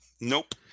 nope